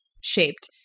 shaped